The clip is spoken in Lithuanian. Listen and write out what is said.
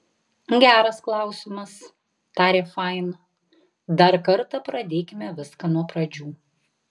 geras klausimas tarė fain dar kartą pradėkime viską nuo pradžių